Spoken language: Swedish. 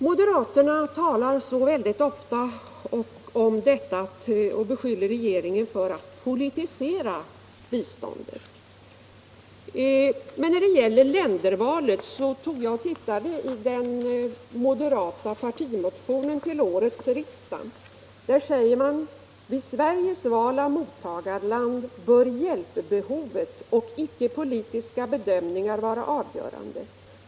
Moderaterna beskyller ofta regeringen för att politisera biståndet. Men när det gäller ländervalet tittade jag i den moderata partimotionen till årets riksdag. Där säger man: ”Vid Sveriges val av mottagarland bör hjälpbehovet och icke politiska bedömningar vara avgörande.